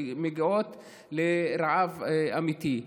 מגיעות לרעב אמיתי.